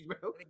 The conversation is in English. bro